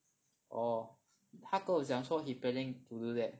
orh 他跟我讲说 he planning to do that